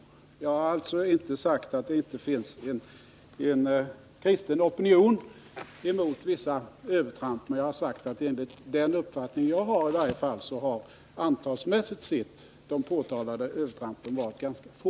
Jag har alltså inte sagt att det inte finns en kristen opinion mot vissa övertramp, men jag har sagt att i varje fall enligt min uppfattning har de påtalade övertrampen till antalet varit ganska få.